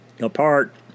apart